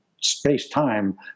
space-time